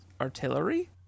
artillery